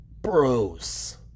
bros